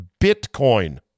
Bitcoin